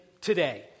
today